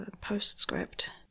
postscript